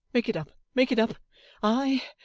make it up, make it up ay,